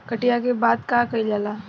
कटिया के बाद का कइल जाला?